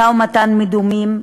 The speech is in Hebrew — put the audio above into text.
משא-ומתן מדומה,